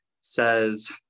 Says